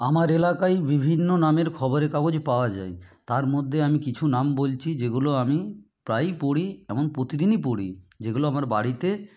আমার এলাকায় বিভিন্ন নামের খবরের কাগজ পাওয়া যায় তার মধ্যে আমি কিছু নাম বলছি যেগুলো আমি প্রায়ই পড়ি এবং প্রতিদিনই পড়ি যেগুলো আমার বাড়িতে